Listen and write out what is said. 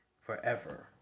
forever